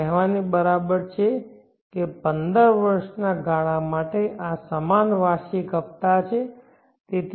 આ કહેવાને બરાબર છે કે પંદર વર્ષના ગાળા માટે આ સમાન વાર્ષિક હપતા છે